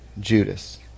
judas